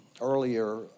earlier